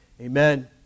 Amen